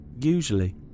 Usually